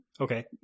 Okay